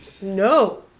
no